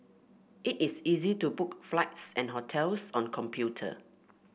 it is easy to book flights and hotels on computer